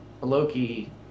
Loki